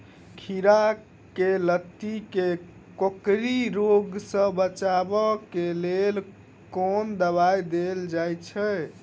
खीरा केँ लाती केँ कोकरी रोग सऽ बचाब केँ लेल केँ दवाई देल जाय छैय?